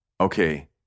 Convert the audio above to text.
okay